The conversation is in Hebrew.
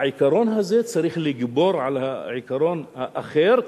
העיקרון הזה צריך לגבור על העיקרון האחר,